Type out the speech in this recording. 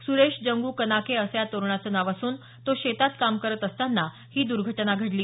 स्रोश जंगु कनाके असं या तरुणाचं नाव असून तो शेतात काम करत असताना ही दर्घटना घडली